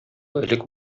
элек